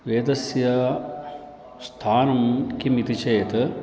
वेदस्य स्थानं किम् इति चेत्